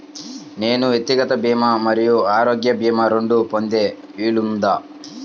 నేను వ్యక్తిగత భీమా మరియు ఆరోగ్య భీమా రెండు పొందే వీలుందా?